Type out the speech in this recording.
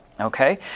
Okay